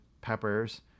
peppers